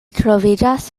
troviĝas